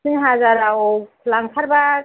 थिन हाजाराव लांथारबा